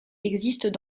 existent